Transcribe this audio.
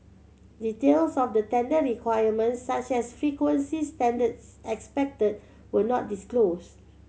details of the tender requirements such as frequency standards expected were not disclosed